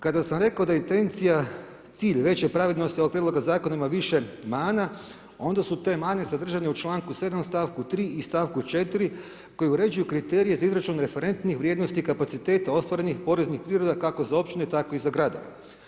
Kada sam rekao da je intencija cilj, veće pravednosti ovog prijedloga zakona ima više mana, onda su te mane sadržane u članku 7. stavku 3. i stavku 4. koji uređuju kriterije za izračun referentnih vrijednosti i kapaciteta ostvarenih poreznih prihoda kako za općine tako i za gradove.